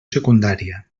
secundària